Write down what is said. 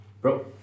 Bro